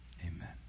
Amen